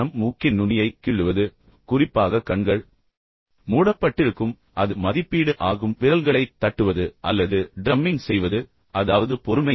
மூக்கின் நுனியை கிள்ளுவது குறிப்பாக கண்கள் மூடப்பட்டிருக்கும் எனவே அது மதிப்பீடு ஆகும் விரல்களைத் தட்டுவது அல்லது டிரம்மிங் செய்வது அதாவது பொறுமையின்மை